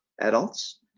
adults